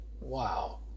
wow